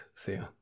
Theo